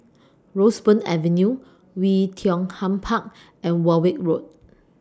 Roseburn Avenue Oei Tiong Ham Park and Warwick Road